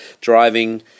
driving